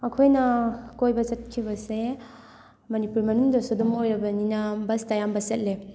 ꯑꯩꯈꯣꯏꯅ ꯀꯣꯏꯕ ꯆꯠꯈꯤꯕꯁꯦ ꯃꯅꯤꯄꯨꯔ ꯃꯅꯨꯡꯗꯁꯨ ꯑꯗꯨꯝ ꯑꯣꯏꯔꯕꯅꯤꯅ ꯕꯁꯇ ꯑꯌꯥꯝꯕ ꯆꯠꯂꯦ